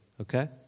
Okay